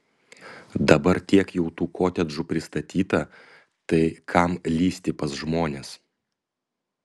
dabar tiek jau tų kotedžų pristatyta tai kam lįsti pas žmones